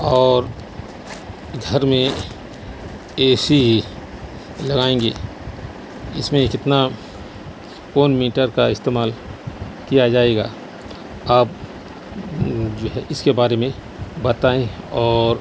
اور گھر میں اے سی لگائیں گے اس میں کتنا کون میٹر کا استعمال کیا جائے گا آپ جو ہے اس کے بارے میں بتائیں اور